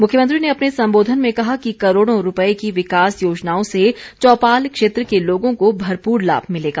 मुख्यमंत्री ने अपने संबोधन में कहा कि करोड़ों रुपये की विकास योजनाओं से चौपाल क्षेत्र के लोगों को भरपूर लाभ मिलेगा